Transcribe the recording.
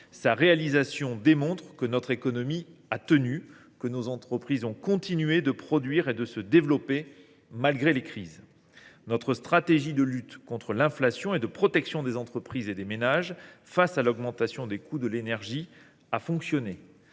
Sa réalisation démontre que notre économie a tenu, que nos entreprises ont continué de produire et de se développer malgré les crises. Notre stratégie de lutte contre l’inflation et de protection des entreprises et des ménages face à l’augmentation des coûts de l’énergie a fonctionné.